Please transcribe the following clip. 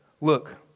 Look